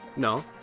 no.